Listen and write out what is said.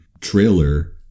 trailer